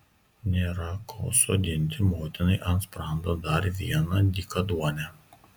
nėra ko sodinti motinai ant sprando dar vieną dykaduonę